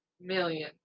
million